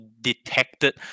detected